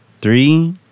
three